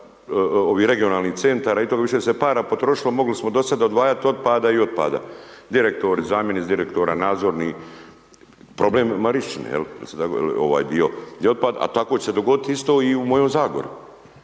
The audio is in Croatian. regionalnih centara, više se para potrošilo, mogli smo do sada odvajati otpada i otpada. Direktori, zamjenici direktora, nadzorni, problem Marinščine jel tako, ovaj dio di je otpad, a tako će se dogoditi isto i u mojoj zagori.